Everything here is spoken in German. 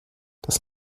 das